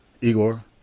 Igor